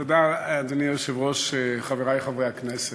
אדוני היושב-ראש, תודה, חברי חברי הכנסת,